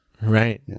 Right